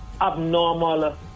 abnormal